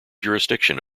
jurisdiction